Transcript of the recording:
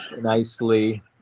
nicely